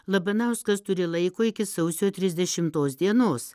labanauskas turi laiko iki sausio trisdešimtos dienos